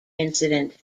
incident